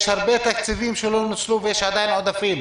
יש הרבה תקציבים שלא נוצלו ויש עדיין עודפים.